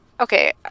Okay